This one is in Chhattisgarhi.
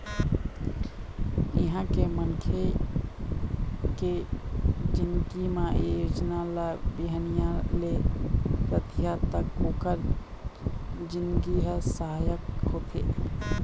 इहाँ के मनखे के जिनगी म ए योजना ल बिहनिया ले रतिहा तक ओखर जिनगी म सहायक होथे